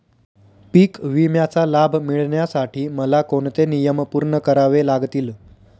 पीक विम्याचा लाभ मिळण्यासाठी मला कोणते नियम पूर्ण करावे लागतील?